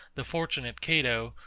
the fortunate cato,